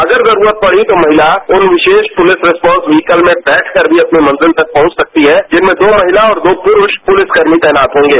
अगर जरुरत पड़ी तो महिला उन विशेष पुलिस रेस्पोंस व्हीकल में वैठकर भी अपनी मंजिल तक पहुंच सकती है जिनमें दो महिला और दो पुरुष पुलिस कर्मी तैनात होंगे